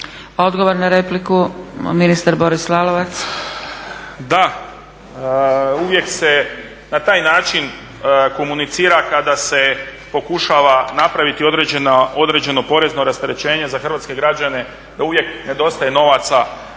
Odgovor na repliku ministar Boris Lalovac. **Lalovac, Boris (SDP)** Da, uvijek se na taj način komunicira kada se pokušava napraviti određeno porezno rasterećenje za hrvatske građane. Uvijek nedostaje novaca